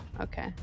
Okay